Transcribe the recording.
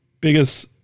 biggest